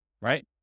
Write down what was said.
right